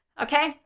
okay.